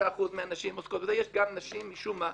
95% מהנשים עוסקות בזה, יש גם נשים משום מה,